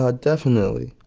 ah definitely.